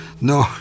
no